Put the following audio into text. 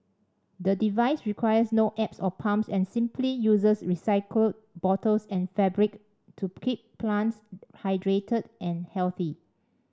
the device requires no apps or pumps and simply uses recycled bottles and fabric to keep plants hydrated and healthy